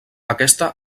aquesta